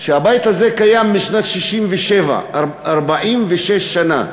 הבית הזה קיים משנת 1967, 46 שנה.